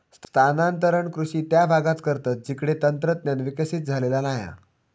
स्थानांतरण कृषि त्या भागांत करतत जिकडे तंत्रज्ञान विकसित झालेला नाय हा